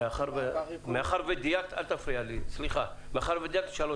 מאחר ודייקת, אני שוב שואל.